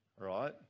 right